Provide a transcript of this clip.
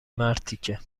مرتیکه